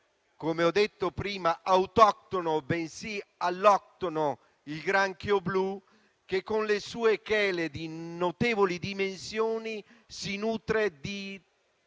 come ho detto prima, autoctono, bensì alloctono. Il granchio blu, con le sue chele di notevoli dimensioni, si nutre di